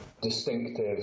distinctive